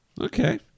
Okay